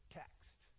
text